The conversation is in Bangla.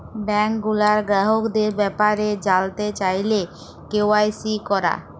ব্যাংক গুলার গ্রাহকদের ব্যাপারে জালতে চাইলে কে.ওয়াই.সি ক্যরা